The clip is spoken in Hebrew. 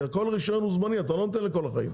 כי כל רישיון הוא זמני אתה לא נותן לכל החיים,